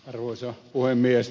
arvoisa puhemies